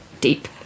Deep